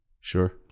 Sure